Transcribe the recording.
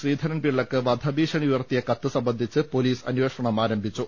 ശ്രീധരൻപിള്ളയ്ക്ക് വധ ഭീഷണി ഉയർത്തിയ കത്ത് സംബന്ധിച്ച് പൊലീസ് അന്വേഷണം ആരംഭിച്ചു